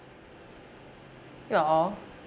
no